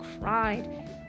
cried